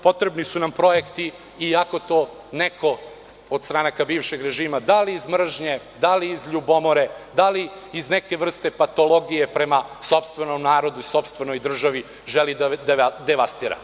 Potrebni su nam projekti, iako to neko od stranaka bivšeg režima, da li iz mržnje, da li iz ljubomore, da li iz neke vrste patologije prema sopstvenom narodu, sopstvenoj državi, želi da devastira…